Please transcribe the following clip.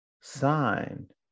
signed